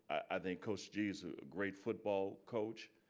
i think coach g is a great football coach.